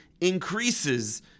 increases